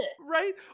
right